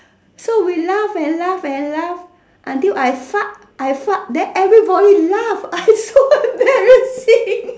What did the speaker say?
so we laugh and laugh and laugh until I fart then I fart then everybody laugh then very embarrassing